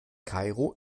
kairo